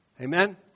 Amen